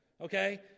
Okay